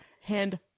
Hand